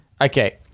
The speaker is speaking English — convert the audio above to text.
Okay